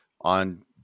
on